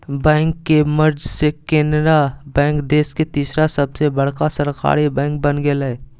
bank के merge से केनरा बैंक देश के तीसर सबसे बड़का सरकारी बैंक बन गेलय